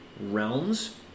realms